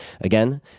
Again